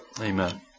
Amen